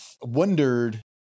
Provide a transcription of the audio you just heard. wondered